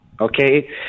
Okay